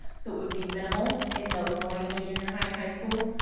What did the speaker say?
so it would be minimal in those going into junior high and high school,